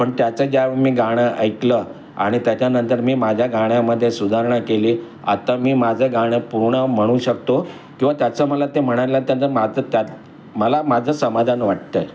पण त्याचं ज्यावेळेस मी गाणं ऐकलं आणि त्याच्यानंतर मी माझ्या गाण्यामध्ये सुधारणा केली आता मी माझं गाणं पूर्ण म्हणू शकतो किंवा त्याचं मला ते म्हणायला त्यानंतर माझं त्या मला माझं समाधान वाटतं आहे